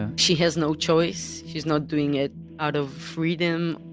and she has no choice. she is not doing it out of freedom,